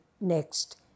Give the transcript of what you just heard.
next